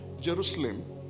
Jerusalem